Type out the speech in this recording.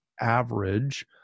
average